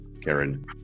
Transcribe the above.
Karen